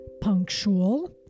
punctual